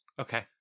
Okay